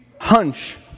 hunch